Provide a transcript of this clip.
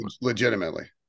legitimately